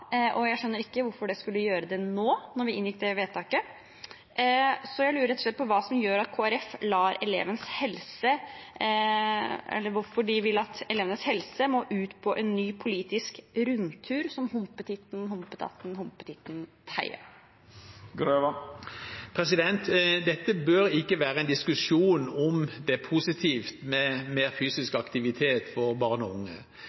og jeg skjønner ikke hvorfor det skulle gjøre det nå. Så jeg lurer rett og slett på: Hvorfor vil Kristelig Folkeparti at elevenes helse må ut på en ny politisk rundtur, som «hompetitten, hompetatten, hompetutten teia»? Dette bør ikke være en diskusjon om hvorvidt det er positivt med mer fysisk aktivitet for barn og unge.